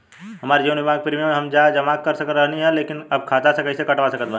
हमार जीवन बीमा के प्रीमीयम हम जा के जमा करत रहनी ह लेकिन अब खाता से कइसे कटवा सकत बानी?